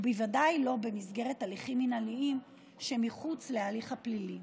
ובוודאי לא במסגרת הליכים מינהליים שמחוץ להליך הפלילי.